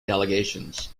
delegations